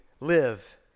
live